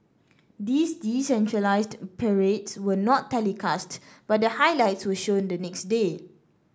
these decentralised parades were not telecast but the highlights were shown the next day